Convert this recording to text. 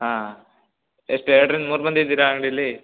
ಹಾಂ ಎಷ್ಟು ಎರಡರಿಂದ ಮೂರು ಮಂದಿ ಇದೀರಾ ಅಂಗಡೀಲಿ